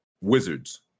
Wizards